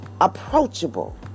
approachable